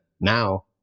now